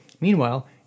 meanwhile